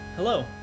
Hello